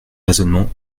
raisonnement